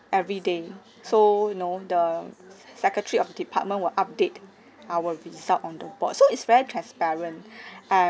every day so you know the secretary of department will update our result on the board so it's very transparent and